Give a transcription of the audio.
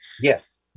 Yes